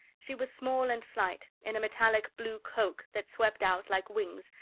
she was small and slight, in a metallic blue cloak that swept out, like wings,